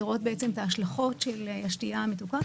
לראות את ההשלכות של השתייה המתוקה.